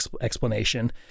explanation